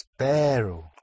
Espero